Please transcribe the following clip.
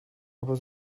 aber